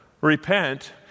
Repent